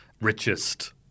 richest